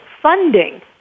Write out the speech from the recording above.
Funding